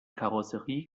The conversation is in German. karosserie